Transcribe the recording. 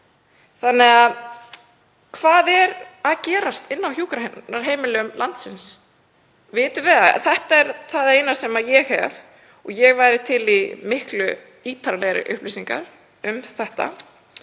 á fólk. Hvað er að gerast inni á hjúkrunarheimilum landsins? Vitum við það? Þetta er það eina sem ég hef og ég væri til í miklu ítarlegri upplýsingar. Ég held